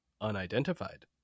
unidentified